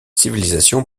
civilisation